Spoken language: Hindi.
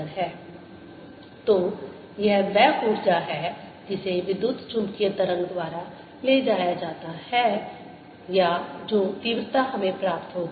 energy flowc u100120E021200E02 तो यह वह ऊर्जा है जिसे विद्युत चुम्बकीय तरंग द्वारा ले जाया जाता है या जो तीव्रता हमें प्राप्त होती है